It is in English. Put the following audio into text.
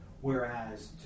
Whereas